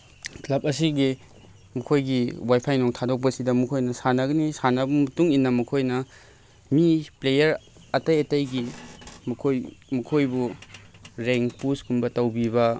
club ꯑꯁꯤꯒꯤ ꯃꯈꯣꯏꯒꯤ ꯋꯥꯏꯐꯥꯏ ꯅꯨꯡ ꯊꯥꯗꯣꯛꯄꯁꯤꯗ ꯃꯈꯣꯏꯅ ꯁꯥꯟꯅꯒꯅꯤ ꯁꯥꯟꯅꯕ ꯃꯇꯨꯡ ꯏꯟꯅ ꯃꯈꯣꯏꯅ ꯃꯤ ꯄ꯭ꯂꯦꯌꯥꯔ ꯑꯇꯩ ꯑꯇꯩꯒꯤ ꯃꯈꯣꯏꯕꯨ ꯔꯦꯡꯛ ꯄꯨꯁꯀꯨꯝꯕ ꯇꯧꯕꯤꯕ